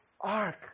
Ark